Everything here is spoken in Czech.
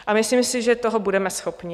A myslím si, že toho budeme schopni.